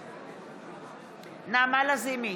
בעד נעמה לזימי,